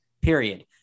period